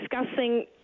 discussing